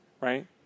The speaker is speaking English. right